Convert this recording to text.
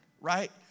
right